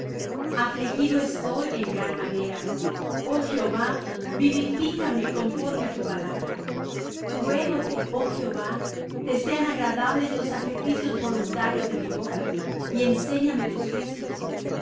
afligido estoy en gran manera oh jehová vivifícame conforme á tu palabra ruégote oh jehová te sean agradables los sacrificios voluntarios de mi boca y enséñame tus juicios de